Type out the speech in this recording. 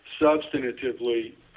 substantively